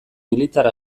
militar